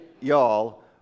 y'all